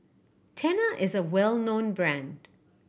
Tena is a well known brand